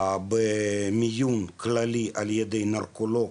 במיון כללי ע"י נרקולוג,